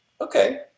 Okay